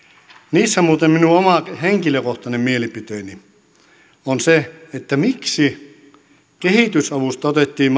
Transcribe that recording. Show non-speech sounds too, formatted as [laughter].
niissä muuten minun oma henkilökohtainen mielipiteeni on se että miksi kehitysavusta otettiin [unintelligible]